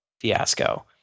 fiasco